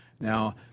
Now